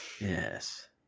Yes